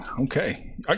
Okay